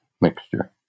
mixture